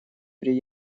при